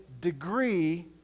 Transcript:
degree